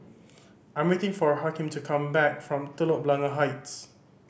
I am waiting for Hakim to come back from Telok Blangah Heights